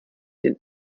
den